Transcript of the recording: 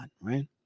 right